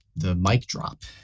the mic drop.